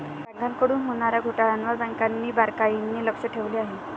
बँकांकडून होणार्या घोटाळ्यांवर बँकांनी बारकाईने लक्ष ठेवले आहे